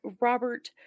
Robert